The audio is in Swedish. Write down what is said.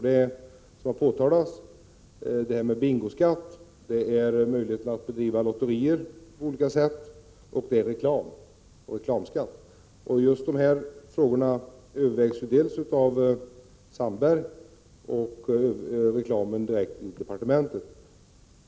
Hit hör, som framhållits, bingoskatten, möjligheten att bedriva lotterier på olika sätt och reklamskatten. De förstnämnda frågorna övervägs av Sandberg och reklamskattefrågorna direkt i departementet.